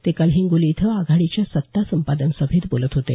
ते काल हिंगोली इथं आघाडीच्या सत्ता संपादन सभेत बोलत होते